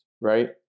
right